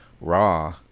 raw